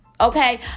Okay